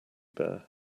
bear